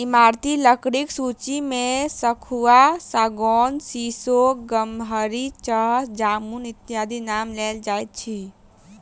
ईमारती लकड़ीक सूची मे सखुआ, सागौन, सीसो, गमहरि, चह, जामुन इत्यादिक नाम लेल जाइत अछि